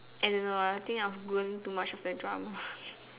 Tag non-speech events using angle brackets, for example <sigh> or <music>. I don't know ah I think I was going too much of the drama <laughs>